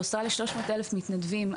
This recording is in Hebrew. באוסטרליה יש 300,000 מתנדבים.